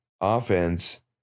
offense